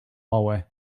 hallway